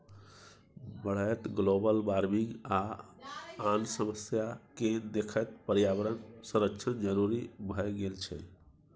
बढ़ैत global warming आ आन समस्या केँ देखैत पर्यावरण संरक्षण जरुरी भए गेल छै